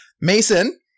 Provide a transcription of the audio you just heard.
Mason